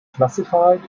classified